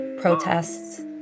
protests